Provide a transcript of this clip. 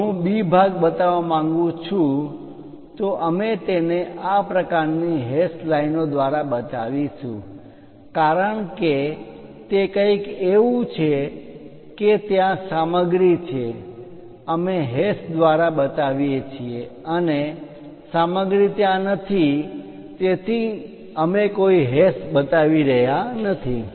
જો હું B ભાગ બતાવવા માંગું છું તો અમે તેને આ પ્રકારની હેશ લાઇનો દ્વારા બતાવીશું કારણ કે તે કંઈક એવું છે કે ત્યાં સામગ્રી છે અમે હેશ દ્વારા બતાવીએ છીએ અને સામગ્રી ત્યાં નથી તેથી અમે કોઈ હેશ બતાવી રહ્યાં નથી